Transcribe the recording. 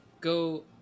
go